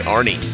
Arnie